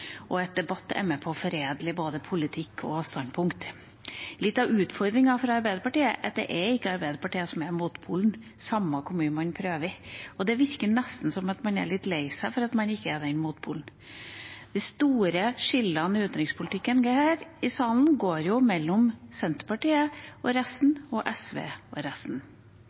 og at debatt er med på å foredle både politikk og standpunkt. Litt av utfordringa for Arbeiderpartiet er at det er ikke Arbeiderpartiet som er motpolen, samme hvor mye man prøver. Det virker nesten som at man er litt lei seg for at man ikke er den motpolen. De store skillene i utenrikspolitikken her i salen går mellom Senterpartiet og resten og SV og resten.